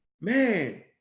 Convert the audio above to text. man